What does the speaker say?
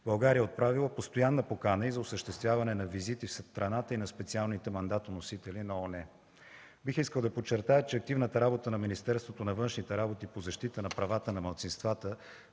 България е отправила постоянна покана и за осъществяване на визити в страната и на специалните мандатоносители на ООН. Бих искал да подчертая, че активната работа на Министерството на външните работи по защита правата на малцинствата